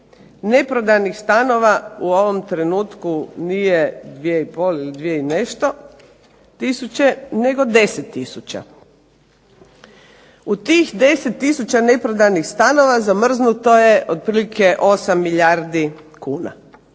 neprodanih stanova u ovom trenutku nije 2,5 ili 2 i nešto tisuće nego 10 tisuća. U tih 10 tisuća neprodanih stanova zamrznuto je otprilike 8 milijardi kuna